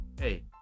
hey